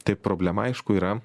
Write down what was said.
tai problema aišku yra